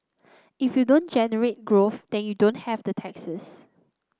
if you don't generate growth then you don't have the taxes